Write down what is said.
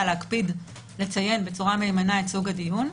להקפיד לציין בצורה מהימנה את סוג הדיון.